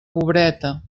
pobreta